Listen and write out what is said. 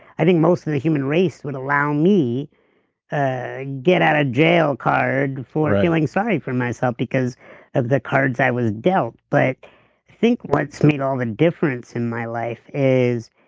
i think most of the human race would allow me ah get out of jail card for feeling sorry for myself because of the cards i was dealt. i but think what's made all the difference in my life is